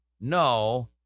No